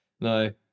no